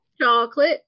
Chocolate